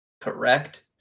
correct